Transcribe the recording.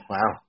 Wow